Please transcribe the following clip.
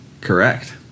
Correct